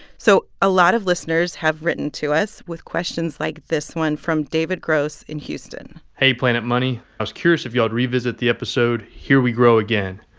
so a lot of listeners have written to us with questions like this one from david gross in houston hey, planet money. i was curious if y'all revisit the episode, here we grow again.